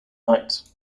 height